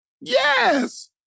Yes